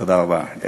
תודה רבה.